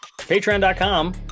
patreon.com